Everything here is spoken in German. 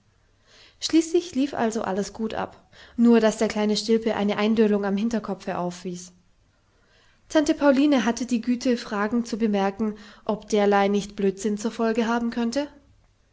schließlich lief also alles gut ab nur daß der kleine stilpe eine kleine eindöllung am hinterkopfe aufwies tante pauline hatte die güte fragend zu bemerken ob derlei nicht blödsinn zur folge haben könnte